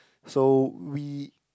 so we